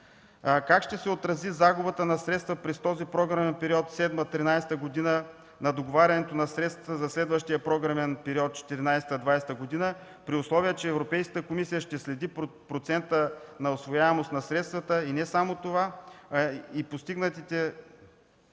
Как ще се отрази загубата на средства през програмния период 2007–2013 г. на договарянето на средствата за следващия програмен период 2014–2020 г., при условие че Европейската комисия ще следи процента усвояемост на средствата, но не само това, а и постигането